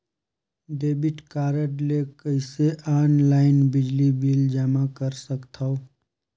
Debit card ले कइसे online बिजली बिल जमा कर सकथव?